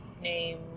name